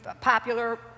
popular